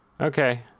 okay